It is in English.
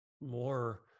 more